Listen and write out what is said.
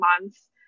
months